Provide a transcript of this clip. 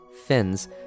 fins